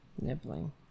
Nibbling